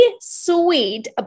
sweet